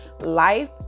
life